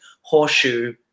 horseshoe